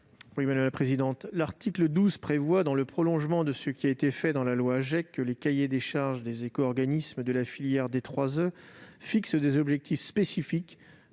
l'avis de la commission ? L'article 12 prévoit, dans le prolongement de ce qui a été fait dans la loi AGEC, que les cahiers des charges des éco-organismes de la filière DEEE fixent des objectifs spécifiques